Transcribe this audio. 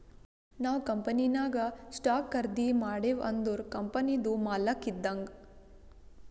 ನಾವ್ ಕಂಪನಿನಾಗ್ ಸ್ಟಾಕ್ ಖರ್ದಿ ಮಾಡಿವ್ ಅಂದುರ್ ಕಂಪನಿದು ಮಾಲಕ್ ಇದ್ದಂಗ್